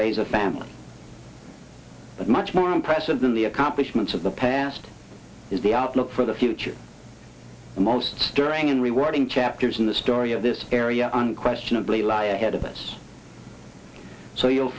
raise a family but much more impressive than the accomplishments of the past is the outlook for the future most stirring and rewarding chapters in the story of this area unquestionably lie ahead of us so you'll